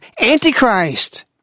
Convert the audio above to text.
Antichrist